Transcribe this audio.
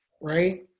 Right